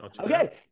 Okay